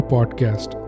Podcast